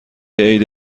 عید